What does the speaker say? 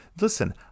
listen